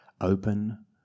open